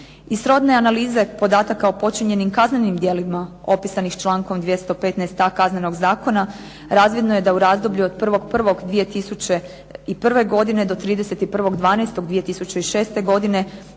Iz srodne analize podataka o počinjenim kaznenim djelima opisanim člankom 215a. Kaznenog zakona razvidno je da u razdoblju od 1.1.2001. godine do 31.12.2006. godine